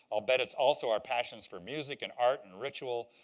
i'll bet it's also our passions for music and art and ritual.